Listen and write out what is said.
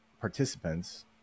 participants